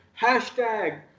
Hashtag